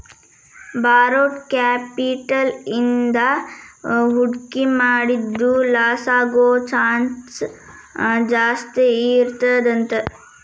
borrowed capital ಇಂದಾ ಹೂಡ್ಕಿ ಮಾಡಿದ್ದು ಲಾಸಾಗೊದ್ ಚಾನ್ಸ್ ಜಾಸ್ತೇಇರ್ತದಂತ